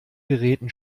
geräten